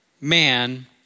man